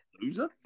loser